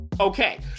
Okay